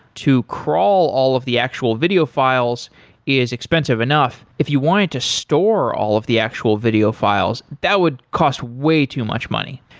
to crawl all of the actual video files is expensive enough. if you wanted to store all of the actual video files, that would cost way too much money.